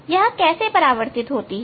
यह कैसे परावर्तित होती है